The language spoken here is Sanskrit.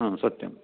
सत्यम्